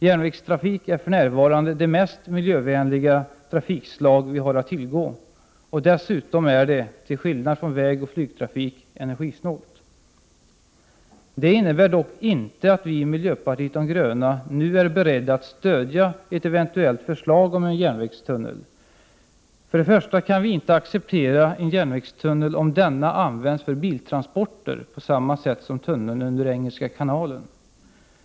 Järnvägstrafik är för närvarande det mest miljövänliga trafikslag vi har att tillgå — och dessutom är den, till skillnad från vägoch flygtrafik, energisnål. Det innebär dock inte att vi i miljöpartiet de gröna nu är beredda att stödja ett eventuellt förslag om en järnvägstunnel. För det första kan vi inte acceptera en järnvägstunnel, om denna används för biltransporter på samma sätt som tunneln under Engelska kanalen.